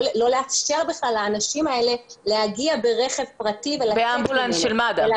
לא לאפשר לאנשים האלה להגיע ברכב פרטי ולצאת אתו אלא